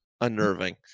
unnerving